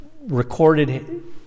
recorded